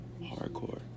hardcore